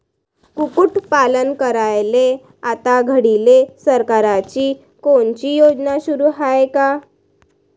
कुक्कुटपालन करायले आता घडीले सरकारची कोनची योजना सुरू हाये का?